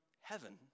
heaven